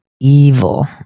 evil